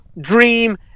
Dream